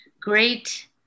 great